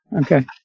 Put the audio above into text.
Okay